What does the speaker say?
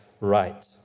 right